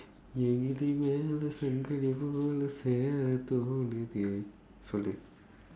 என் கிளி மேல சங்கிலி போல சேர தோணுது சொல்லு:en kili meela sangkili poola seera thoonuthu